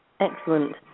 Excellent